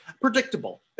predictable